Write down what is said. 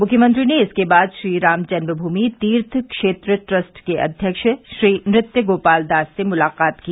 मुख्यमंत्री ने इसके बाद श्रीराम जन्मभूमि तीर्थ क्षेत्र ट्रस्ट के अध्यक्ष श्री नृत्य गोपाल दास से मुलाकात की